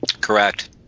Correct